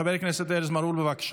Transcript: חבר הכנסת ארז מלול, בבקשה.